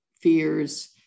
fears